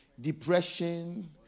depression